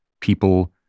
people